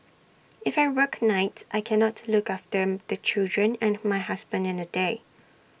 if I work nights I cannot look after them the children and my husband in the day